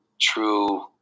true